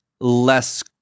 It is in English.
less